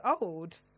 old